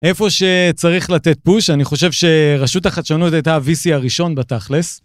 איפה שצריך לתת פוש, אני חושב שרשות החדשנות הייתה ה-VC הראשון בתכלס.